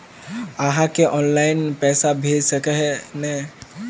आहाँ के ऑनलाइन पैसा भेज सके है नय?